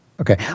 Okay